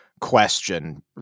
question